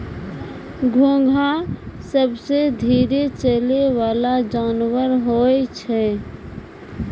घोंघा सबसें धीरे चलै वला जानवर होय छै